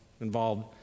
involved